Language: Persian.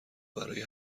برای